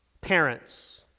parents